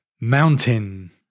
Mountain